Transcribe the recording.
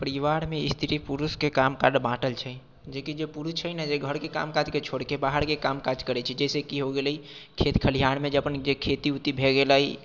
परिवारमे स्त्री पुरुषके काम काज बाँटल छै जे कि जे पुरुष छै ने जे घरके काम काजके छोड़िके बाहरके काम काज करैत छै जैसे कि हो गेलै खेत खलिहानमे जे अपन खेती वेती भए गेलै